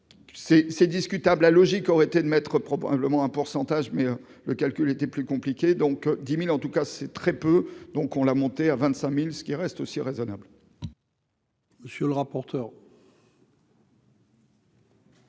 c'est discutable la logique aurait été de mettre probablement un pourcentage mais le calcul était plus compliqué, donc 10000 en tout cas c'est très peu, donc on l'a monté à 25000 ce qui reste aussi raisonnables.